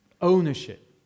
ownership